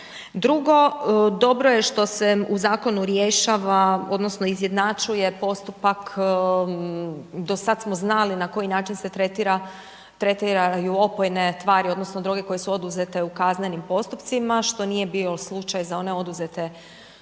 Drugo, dobro je što se u zakonu rješava odnosno izjednačuje postupak, do sad smo znali na koji način se tretiraju opojne tvari odnosno droge koje su oduzete u kaznenim postupcima, što nije bio slučaj za one oduzete u tzv.